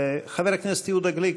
חבר הכנסת יהודה גליק,